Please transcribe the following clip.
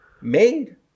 made